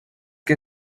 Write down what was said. que